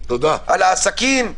על העסקים.